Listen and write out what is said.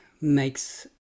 makes